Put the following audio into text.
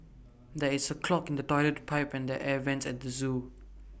there is A clog in the Toilet Pipe and the air Vents at the Zoo